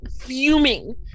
fuming